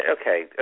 okay